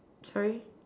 sorry